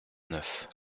neuf